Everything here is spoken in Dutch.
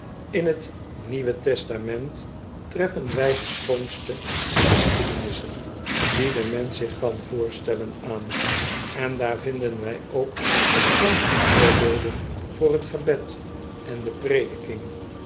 in t n testament treffen wij de schoonste geschiedenissen die de mensch zich kan voorstellen aan en daar vinden wij ook de schoonste voorbeelden voor t gebed en de